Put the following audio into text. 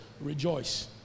rejoice